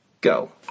Go